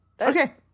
okay